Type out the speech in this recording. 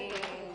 עאידה?